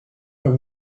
have